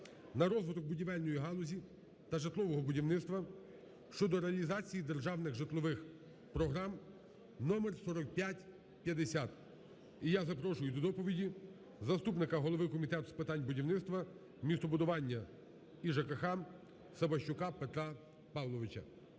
на розвиток будівельної галузі та житлового будівництва" (щодо реалізації державних житлових програм) (номер 4550). І я запрошую до доповіді заступника голови Комітету з питань будівництва, містобудування і ЖКГ Сабашука Петра Павловича.